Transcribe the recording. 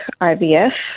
IVF